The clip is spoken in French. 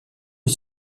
est